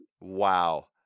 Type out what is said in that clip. Wow